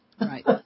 Right